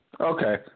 Okay